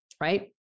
right